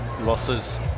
losses